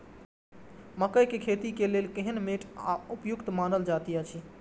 मकैय के खेती के लेल केहन मैट उपयुक्त मानल जाति अछि?